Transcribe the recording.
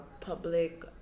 public